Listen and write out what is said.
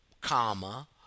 comma